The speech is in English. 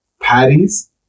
patties